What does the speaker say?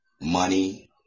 money